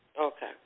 Okay